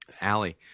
Allie